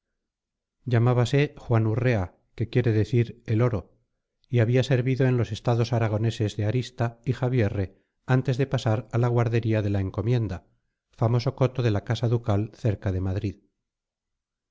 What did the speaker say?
llamábase juan urrea que quiere decir el oro y había servido en los estados aragoneses de arista y javierre antes de pasar a la guardería de la encomienda famoso coto de la casa ducal cerca de madrid